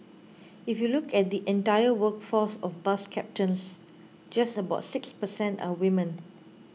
if you look at the entire workforce of bus captains just about six per cent are women